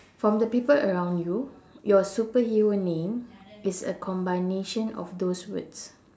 from the people around you your superhero name is a combination of those words